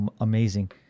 amazing